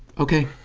ok.